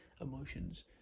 emotions